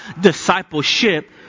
discipleship